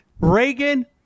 Reagan